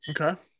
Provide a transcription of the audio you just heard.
Okay